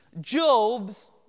Job's